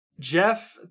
Jeff